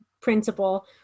principle